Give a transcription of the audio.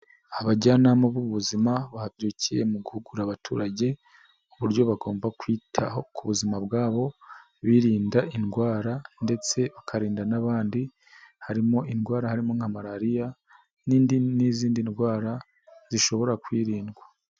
Abajyanama b'ubuzima babyukiye mu guhugura abaturage, uburyo bagomba kwitaho ku buzima bwabo birinda indwara ndetse bakarinda n'abandi, harimo indwara nka malariya n'indi n'izindi ndwara zishobora kwirindwa.